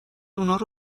اونارو